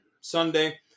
Sunday